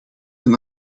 een